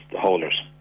holders